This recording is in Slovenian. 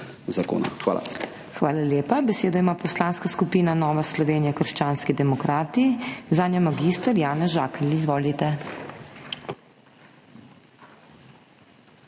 HOT:** Hvala lepa. Besedo ima Poslanska skupina Nova Slovenija – krščanski demokrati, zanjo mag. Janez Žakelj. Izvolite.